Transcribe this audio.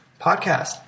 podcast